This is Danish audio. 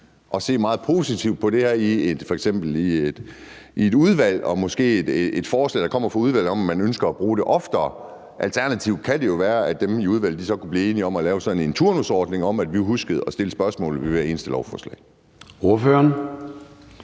at se meget positivt på det her f.eks. i et udvalg, og at der måske kom et forslag fra udvalget om, at man ønskede at bruge det oftere. Alternativt kunne det jo være, at dem i udvalget så kunne blive enige om at lave en turnusordning, så vi huskede at stille spørgsmålet ved hvert eneste lovforslag.